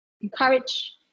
encourage